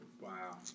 Wow